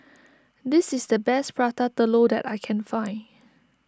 this is the best Prata Telur that I can find